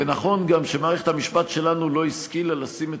ונכון גם שמערכת המשפט שלנו לא השכילה לשים את